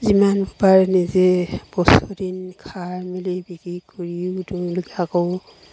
যিমান পাৰে নিজে বস্তু কিনি খাই মেলি বিক্ৰী কৰিও তেওঁলোকে আকৌ